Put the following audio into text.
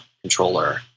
controller